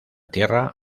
tierra